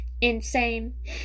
insane